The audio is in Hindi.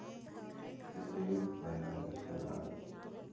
लेप बनाने के बाद